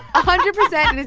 a hundred percent,